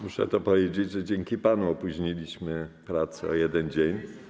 Muszę to powiedzieć, że to dzięki panu opóźniliśmy prace o 1 dzień.